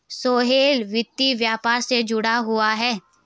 सोहेल वित्त व्यापार से जुड़ा हुआ है